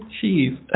cheese